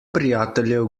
prijateljev